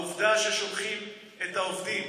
העובדה ששולחים את העובדים